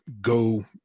go